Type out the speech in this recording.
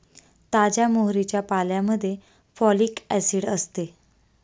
ताज्या मोहरीच्या पाल्यामध्ये फॉलिक ऍसिड असते